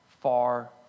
Far